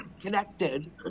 connected